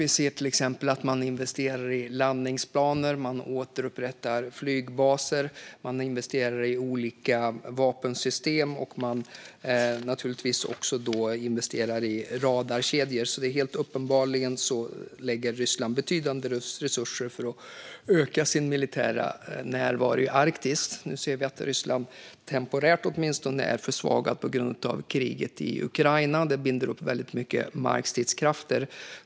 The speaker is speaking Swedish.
Vi ser till exempel att man investerar i landningsbanor, återupprättar flygbaser, investerar i olika vapensystem och naturligtvis också i radarkedjor. Ryssland lägger alltså uppenbarligen betydande resurser på att öka sin militära närvaro i Arktis. Nu ser vi att Ryssland, temporärt åtminstone, är försvagat på grund av kriget i Ukraina, som binder upp mycket markstridskrafter.